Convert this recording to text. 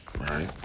Right